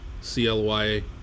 C-L-Y